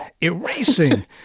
erasing